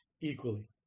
equally